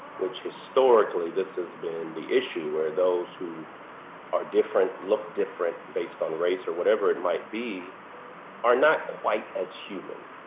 which historically this has been the issue where those who are different, look different based on race or whatever, it might be are not quite as human.